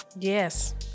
yes